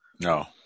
No